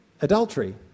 Adultery